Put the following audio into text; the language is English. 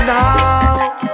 now